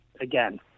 again